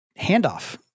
handoff